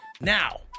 now